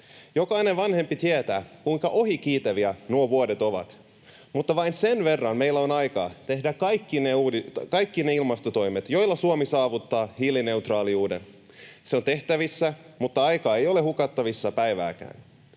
Jokainen vanhempi tietää, kuinka ohikiitäviä nuo vuodet ovat, mutta vain sen verran meillä on aikaa tehdä kaikki ne ilmastotoimet, joilla Suomi saavuttaa hiilineutraaliuden. Se on tehtävissä, mutta aikaa ei ole hukattavissa päivääkään.